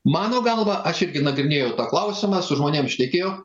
mano galva aš irgi nagrinėjau tą klausimą su žmonėm šnekėjau